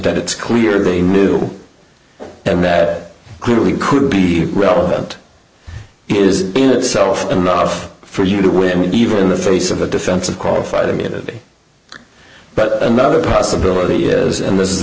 that it's clear they knew and that clearly could be relevant is in itself enough for you to win even in the face of a defense of qualified immunity but another possibility is and this is